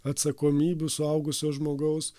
atsakomybių suaugusio žmogaus